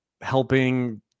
helping